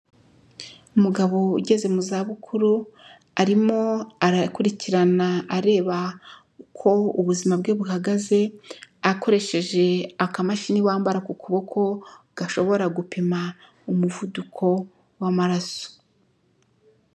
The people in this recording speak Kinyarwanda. Umugabo ugeze mu za bukuru arimo arakurikirana areba uko ubuzima bwe buhagaze akoresheje akamashini wambara ku kuboko gashobora gupima umuvuduko w'amaraso.